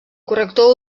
corrector